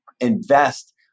invest